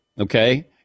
okay